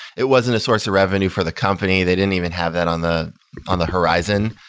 it wasn't a source of revenue for the company. they didn't even have that on the on the horizon.